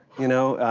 you know,